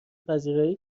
پذیرایی